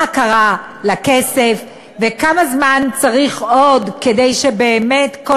מה קרה לכסף וכמה זמן צריך עוד כדי שבאמת כל